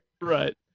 Right